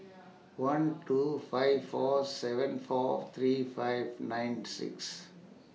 one two five four seven four three five nine six